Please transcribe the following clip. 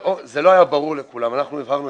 זה לא היה ברור לכולם, אנחנו הבהרנו את זה.